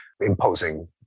imposing